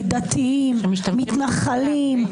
דתיים, מתנחלים.